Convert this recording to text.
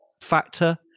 factor